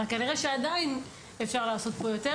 אבל כנראה שעדיין אפשר לעשות יותר,